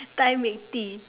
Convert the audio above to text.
Thai milk tea